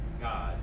God